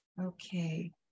okay